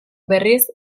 berriz